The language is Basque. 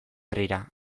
herrira